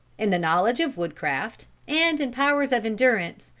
in the knowledge of wood-craft, and in powers of endurance,